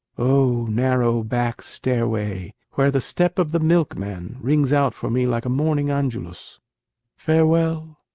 oh narrow back-stairway, where the step of the milkman rings out for me like a morning angelus farewell!